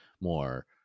more